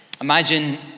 Imagine